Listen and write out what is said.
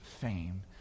fame